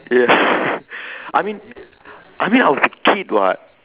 ya I mean I mean I was a kid what